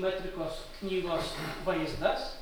metrikos knygos vaizdas